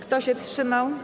Kto się wstrzymał?